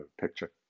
picture